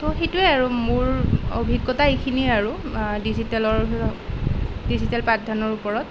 তো সেইটোৱেই আৰু মোৰ অভিজ্ঞতা এইখিনিয়ে আৰু ডিজিটেলৰ ডিজিটেল পাঠদানৰ ওপৰত